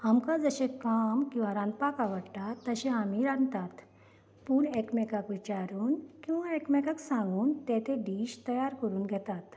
आमकां जशें काम किंवा रांदपाक आवडटा तशें आमी रांदतात पूण एकमेकांक विचारून किंवा एकमेकांक सांगून ते ते डीश तयार करून घेतात